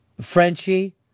Frenchie